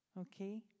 Okay